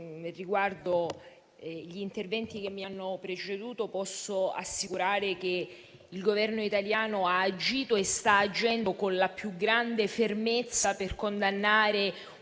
Riguardo agli interventi che mi hanno preceduto, posso assicurare che il Governo italiano ha agito e sta agendo con la più grande fermezza, per condannare un